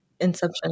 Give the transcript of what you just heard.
inception